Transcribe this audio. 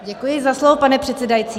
Děkuji za slovo, pane předsedající.